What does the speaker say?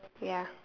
ya